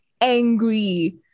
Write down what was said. angry